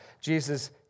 Jesus